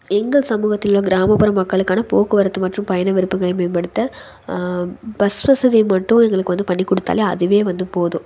எங்கள் சமூகத்திலுள்ள கிராமப்புற மக்களுக்கான போக்குவரத்து மற்றும் பயண விருப்பங்களை மேம்படுத்த பஸ் வசதி மட்டும் எங்களுக்கு வந்து பண்ணிக்கொடுத்தாலே அதுவே வந்து போதும்